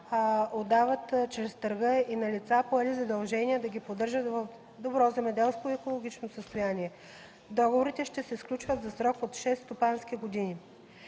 отдават чрез търг и на лица, поели задължение да ги поддържат в добро земеделско и екологично състояние. Договорите ще се сключват за срок до 6 стопански години.